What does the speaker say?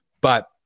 But-